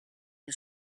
che